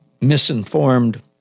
misinformed